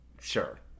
Sure